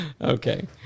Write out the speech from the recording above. Okay